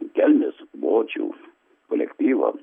kelmės bočių kolektyvo